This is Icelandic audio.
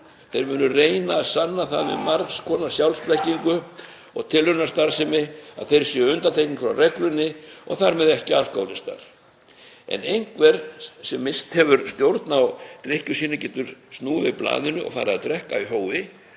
Þeir munu reyna að sanna það með margs konar sjálfsblekkingu og tilraunastarfsemi að þeir séu undantekning frá reglunni og þar með ekki alkóhólistar. Ef einhver sem misst hefur stjórn á drykkju sínu getur snúið við blaðinu og farið að drekka í hófi